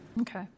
Okay